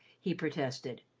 he protested.